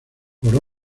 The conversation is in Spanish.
por